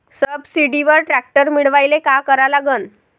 सबसिडीवर ट्रॅक्टर मिळवायले का करा लागन?